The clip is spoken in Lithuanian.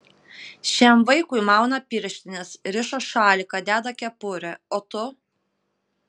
šiam vaikui mauna pirštines riša šaliką deda kepurę o tu